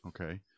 Okay